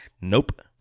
nope